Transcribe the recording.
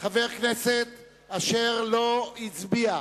חבר כנסת אשר לא הצביע,